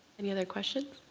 any other questions?